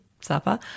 supper